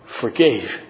forgave